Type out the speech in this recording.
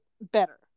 better